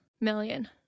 million